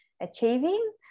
achieving